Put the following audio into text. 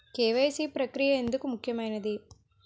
KYC ప్రక్రియ ఎందుకు ముఖ్యమైనది?